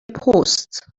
پست